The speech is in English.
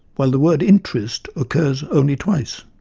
while the word interest occurs only twice.